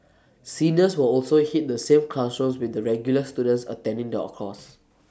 seniors will also hit the same classrooms with the regular students attending the all course